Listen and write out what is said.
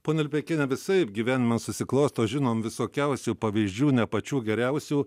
ponia lipeikiene visaip gyvenimas susiklosto žinom visokiausių pavyzdžių ne pačių geriausių